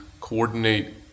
coordinate